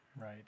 right